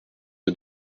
est